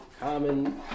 Common